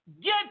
Get